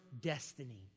destiny